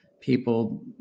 people